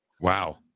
Wow